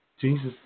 Jesus